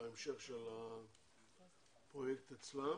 בהמשך של הפרויקט אצלם.